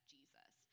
Jesus